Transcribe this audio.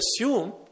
assume